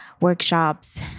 workshops